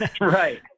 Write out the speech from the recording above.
Right